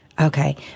Okay